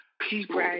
People